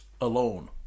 alone